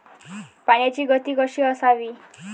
पाण्याची गती कशी असावी?